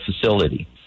facility